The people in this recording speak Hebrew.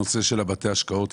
בתי השקעות,